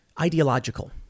ideological